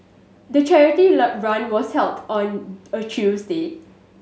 the charity run was held on a Tuesday